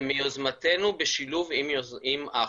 זה ביוזמתנו בשילוב עם אחווה,